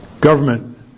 government